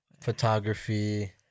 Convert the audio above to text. photography